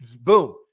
boom